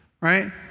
right